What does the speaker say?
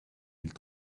mille